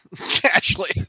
Ashley